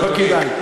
לא כדאי.